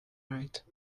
right